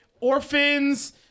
orphans